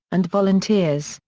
and volunteers,